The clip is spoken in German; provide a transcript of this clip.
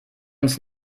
uns